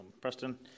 Preston